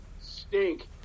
Stink